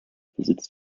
besitzt